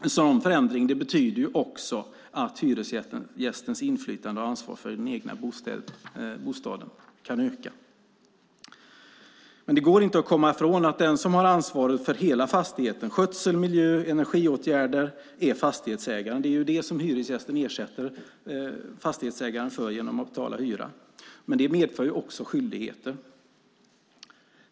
En sådan förändring betyder att hyresgästens inflytande och ansvar för den egna bostaden kan öka. Det går inte att komma ifrån att den som har ansvaret för hela fastigheten, skötsel, miljö och energiåtgärder, är fastighetsägaren. Det är det som hyresgästen ersätter fastighetsägaren för genom att betala hyra. Men det medför skyldigheter.